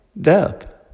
Death